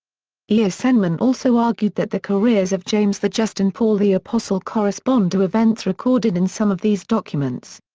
yeah ah so eisenman also argued that the careers of james the just and paul the apostle correspond to events recorded in some of these documents.